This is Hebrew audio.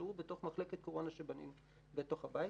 ונשארו בתוך מחלקת קורונה שבנינו בתוך הבית.